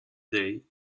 day